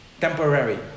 temporary